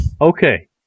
Okay